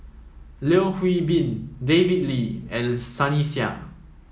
Yeo Hwee Bin David Lee and Sunny Sia